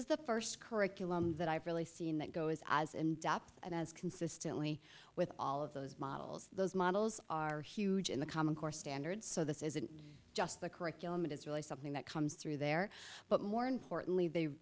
is the first curriculum that i've really seen that goes as in depth and as consistently with all of those models those models are huge in the common core standards so this isn't just the curriculum it is really something that comes through there but more importantly they